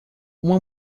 uma